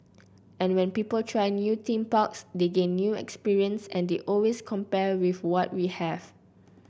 and when people try new theme parks they gain new experience and they always compare with what we have